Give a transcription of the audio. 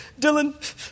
Dylan